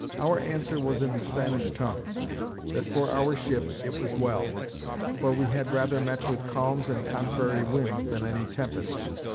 our answer was in the spanish tongue that for our ship, it was well for we had rather met with calms and contrary winds than any tempests.